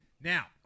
Now